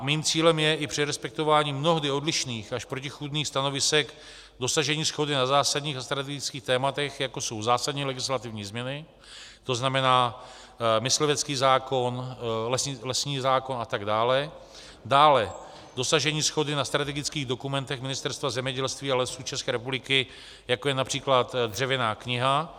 Mým cílem je i při respektování mnohdy odlišných až protichůdných stanovisek dosažení shody na zásadních a strategických tématech, jako jsou zásadní legislativní změny, to znamená myslivecký zákon, lesní zákon a tak dále, dále dosažení shody na strategických dokumentech Ministerstva zemědělství a Lesů České republiky, jako je například Dřevěná kniha.